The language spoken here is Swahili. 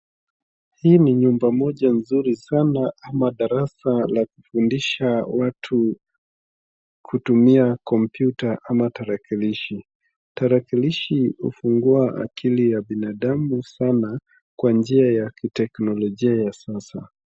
Hii ni nyumba moja mzuri sana ama darasa la kufundisha watu kutumia kompyuta ama tarakilishi. Tarakilishi ufungua akili ya binadamu sana kwa njia ya kiteknolojia ya sasa.